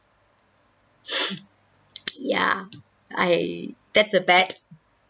ya I that's a bad